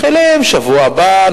מתחילים: שבוע הבא,